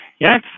Yes